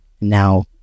Now